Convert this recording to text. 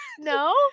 No